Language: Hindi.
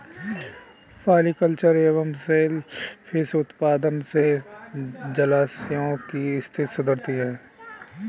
पॉलिकल्चर एवं सेल फिश उत्पादन से जलाशयों की स्थिति सुधरती है